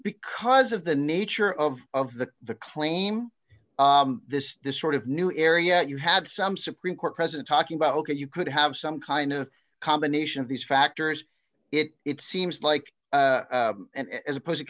because of the nature of of the the claim this this sort of new area you had some supreme court president talking about ok you could have some kind of combination of these factors it seems like and as opposed to